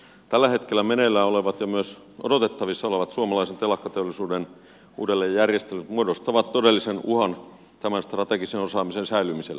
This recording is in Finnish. tällä hetkellä meneillään olevat ja myös odotettavissa olevat suomalaisen telakkateollisuuden uudelleenjärjestelyt muodostavat todellisen uhan tämän strategisen osaamisen säilymiselle